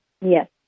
Yes